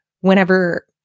whenever